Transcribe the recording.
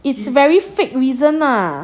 it's very fake reason ah